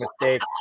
mistake